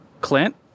clint